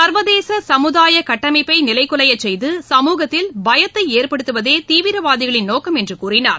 சர்வதேச சமுதாய கட்டமைப்பை நிலைகலைய செய்து சமூகத்தில் பயத்தை ஏற்படுத்துவதே தீவிரவாதிகளின் நோக்கம் என்று கூறினார்